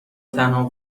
تنها